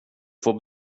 får